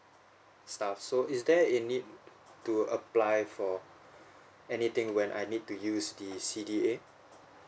stuff so is there a need to apply for anything when I need to use the C_D_A